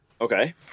Okay